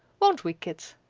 won't we, kit?